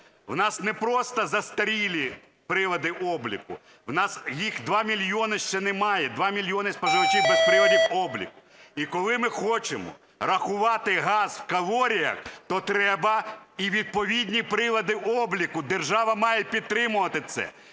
У нас не просто застарілі прилади обліку, в нас їх 2 мільйони ще немає, 2 мільйони споживачів без приладів обліку. І коли ми хочемо рахувати газ в калоріях, то треба і відповідні прилади обліку, держава має підтримувати це.